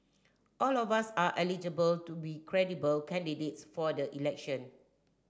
all of us are eligible to be credible candidates for the election